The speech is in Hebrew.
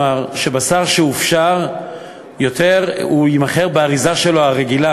שבשר שהופשר יימכר באריזה שלו הרגילה,